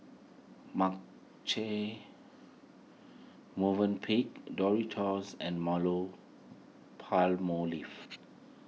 Marche Movenpick Doritos and